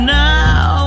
now